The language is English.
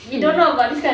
true